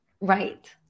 Right